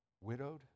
widowed